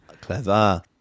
Clever